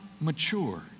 mature